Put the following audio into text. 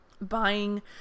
buying